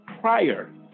prior